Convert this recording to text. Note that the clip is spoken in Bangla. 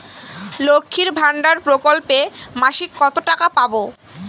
লক্ষ্মীর ভান্ডার প্রকল্পে মাসিক কত টাকা পাব?